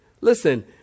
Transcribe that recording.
Listen